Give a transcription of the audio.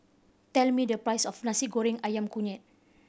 tell me the price of Nasi Goreng Ayam Kunyit